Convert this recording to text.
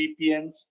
vpns